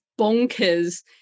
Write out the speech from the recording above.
bonkers